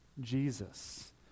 Jesus